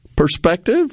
perspective